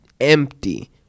empty